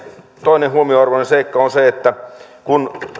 toinen huomionarvoinen seikka on se että kun